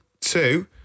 two